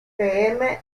que